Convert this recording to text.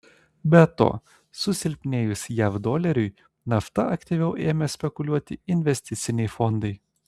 be to susilpnėjus jav doleriui nafta aktyviau ėmė spekuliuoti investiciniai fondai